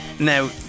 Now